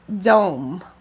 dome